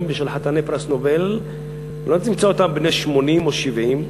ושל חתני פרס נובל לא תמצא אותם בני 80 או 70,